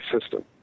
system